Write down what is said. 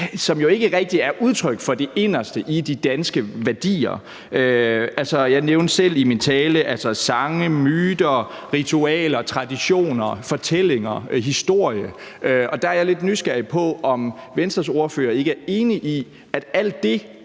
som jo ikke rigtig er udtryk for det inderste i de danske værdier. Jeg nævnte selv i min tale sange, myter, ritualer, traditioner, fortællinger og historie, og der er jeg lidt nysgerrig på, om Venstres ordfører ikke er enig i, at alt det